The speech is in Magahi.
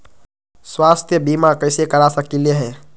स्वाथ्य बीमा कैसे करा सकीले है?